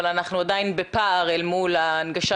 אבל אנחנו עדיין בפער אל מול ההנגשה